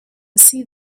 see